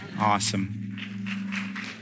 Awesome